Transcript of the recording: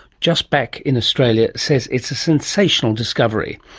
just back in australia, says it's a sensational discovery.